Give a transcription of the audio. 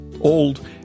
Old